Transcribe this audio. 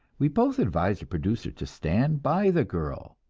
we both advised the producer to stand by the girl,